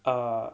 oh